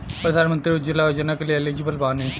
प्रधानमंत्री उज्जवला योजना के लिए एलिजिबल बानी?